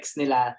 nila